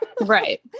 right